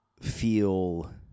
feel